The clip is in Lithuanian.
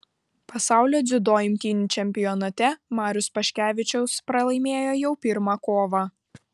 pasaulio dziudo imtynių čempionate marius paškevičiaus pralaimėjo jau pirmą kovą